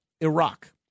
Iraq